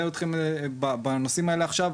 אני לא אלאה אתכם בפרטים ובנושאים האלה עכשיו,